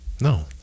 No